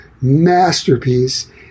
masterpiece